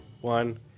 one